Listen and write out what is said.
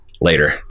Later